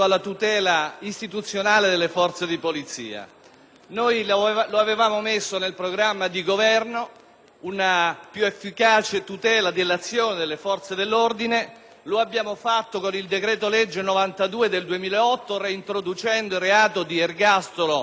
polizia. Avevamo inserito nel programma di Governo una più efficace tutela dell'azione delle forze dell'ordine e l'abbiamo realizzata con il decreto-legge n. 92 del 2008, reintroducendo il reato di ergastolo per l'omicidio di appartenenti alle forze dell'ordine.